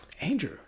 Andrew